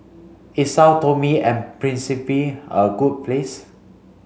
is Sao Tome and Principe a good place